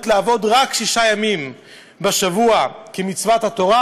לעבוד רק שישה ימים בשבוע כמצוות התורה,